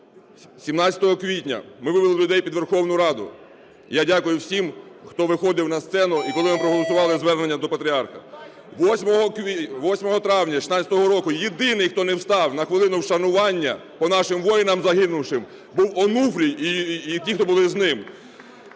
17 квітня ми вивели людей під Верховну Раду. Я дякую всім, хто виходив на сцену і коли ми проголосували звернення до патріарха. 8 травня 16-го року єдиний, хто не встав на хвилину вшанування по нашим воїнам загинувшим, був Онуфрій і ті, хто були з ним.